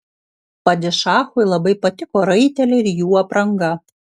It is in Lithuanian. padišachui labai patiko raiteliai ir jų apranga